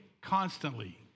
constantly